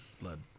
blood